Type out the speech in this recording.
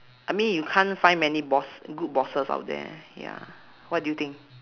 I mean you can't find many boss good bosses out there ya what do you think